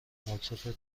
مایکروفر